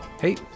Hey